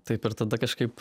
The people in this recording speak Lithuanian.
taip ir tada kažkaip